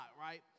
right